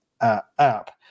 app